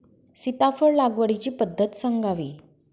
सीताफळ लागवडीची पद्धत सांगावी?